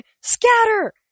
Scatter